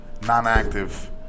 non-active